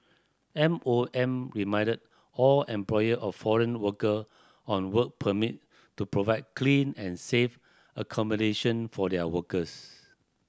M O M reminded all employer of foreign worker on work permit to provide clean and safe accommodation for their workers